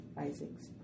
Isaac's